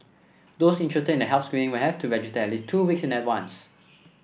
those interested in the health screening will have to register at least two week in advance